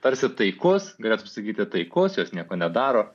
tarsi taikus galėtum sakyti taikus jos nieko nedaro